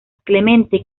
clemente